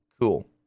cool